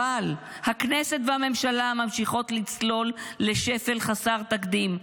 אבל הכנסת והממשלה ממשיכות לצלול לשפל חסר תקדים,